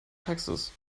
taxes